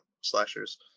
Slashers